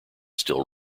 still